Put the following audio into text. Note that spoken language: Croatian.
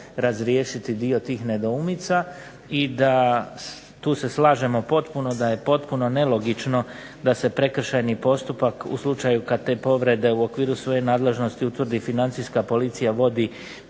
razriješiti dio tih nedoumica i tu se slažemo potpuno da je potpuno nelogično da se prekršajni postupak u slučaju kad te povrede u okviru svoje nadležnosti utvrdi Financijska policija vodi